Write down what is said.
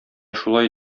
шулай